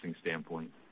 standpoint